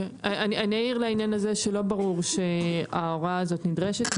אני אעיר לעניין הזה שלא ברור שההוראה הזאת נדרשת,